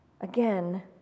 Again